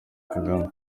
kagame